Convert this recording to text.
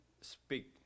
speak